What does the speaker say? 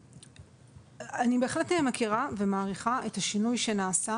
אני בהחלט מכירה ומעריכה את השינוי שנעשה